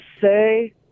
say